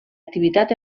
activitat